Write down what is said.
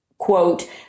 quote